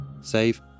save